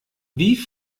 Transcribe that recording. wie